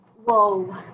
Whoa